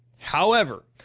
however,